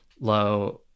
low